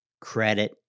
credit